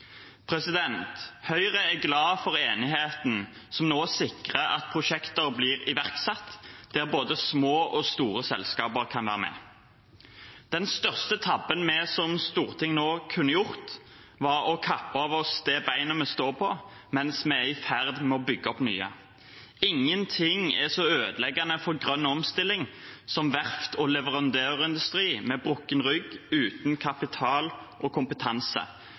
Høyre er glad for enigheten som nå sikrer at prosjekter blir iverksatt der både små og store selskaper kan være med. Den største tabben vi som storting nå kunne gjort, hadde vært å kappe av oss det beinet vi står på mens vi er i ferd med å bygge opp nye. Ingenting er så ødeleggende for grønn omstilling som verft og leverandørindustri med brukket rygg, uten kapital og kompetanse.